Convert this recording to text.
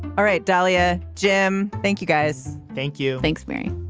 all right, dalia. jim, thank you, guys. thank you. thanks, mary.